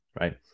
right